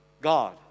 God